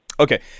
Okay